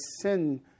sin